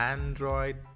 Android